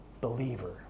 believer